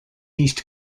east